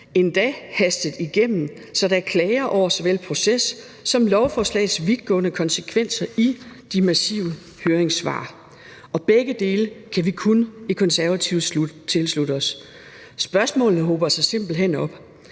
endda er hastet igennem, så der er klager over såvel proces som lovforslagets vidtgående konsekvenser i de massive høringssvar? Og begge dele kan vi i Konservative kun tilslutte os. Spørgsmålene hober sig simpelt hen op.